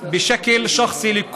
אני פונה באופן אישי לכל